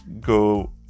go